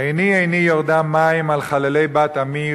עיני עיני יורדה מים על חללי בת עמי,